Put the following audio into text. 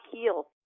heal